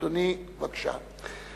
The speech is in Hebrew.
אדוני, בבקשה.